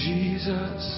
Jesus